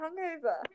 hangover